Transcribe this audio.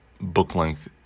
book-length